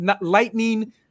lightning